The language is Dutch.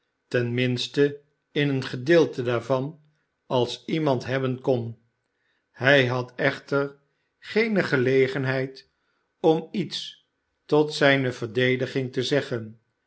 ten minste in een gedeelte daarvan als iemand hebben kon m hij had echter geene gelegenheid om lets tot zijne verdediging te zeggen